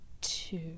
two